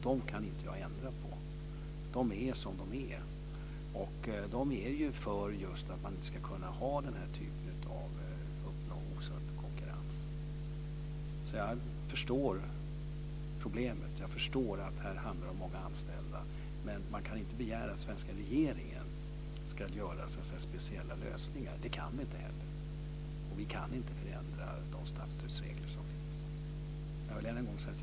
Dem kan jag inte ändra på. De är som de är. Det är just för att inte kunna uppnå osund konkurrens. Jag förstår problemet. Jag förstår att det här handlar om många anställda. Men man kan inte begära att den svenska regeringen ska komma med speciella lösningar. Det kan regeringen inte göra. Vi kan inte förändra de statsstödsregler som finns.